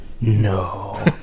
no